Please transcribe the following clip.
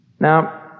Now